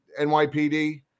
NYPD